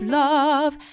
love